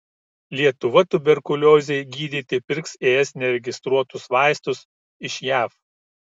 lietuva tuberkuliozei gydyti pirks es neregistruotus vaistus iš jav